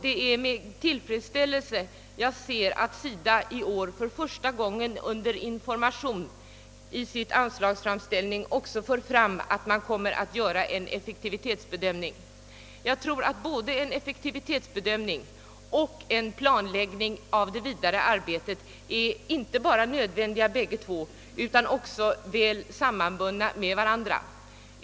Det är med tillfredsställelse jag ser att SIDA i år för första gången under rubriken Information i sin anslagsframställning aviserar att man kommer att göra en effektivitetsbedömning. Jag tror att både en effektivitetsbedömning och en planläggning av det fortsatta arbetet är inte bara nödvändiga utan också väl sammanbundna med varandra.